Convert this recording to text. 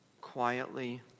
quietly